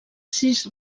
sis